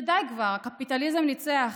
שדי כבר, הקפיטליזם ניצח,